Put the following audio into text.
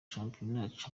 champions